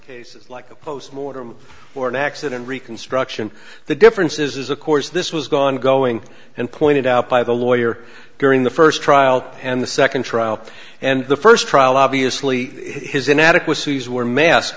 cases like a post mortem or an accident reconstruction the difference is of course this was gone going and pointed out by the lawyer during the first trial and the second trial and the first trial obviously his inadequacies were mas